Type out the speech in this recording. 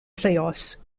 playoffs